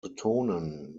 betonen